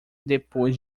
depois